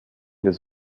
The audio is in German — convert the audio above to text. des